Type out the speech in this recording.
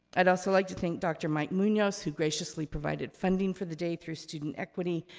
i'd also like to thank dr. mike munoz, who graciously provided funding for the day through student equity.